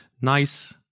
nice